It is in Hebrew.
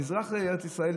במזרח ארץ ישראל,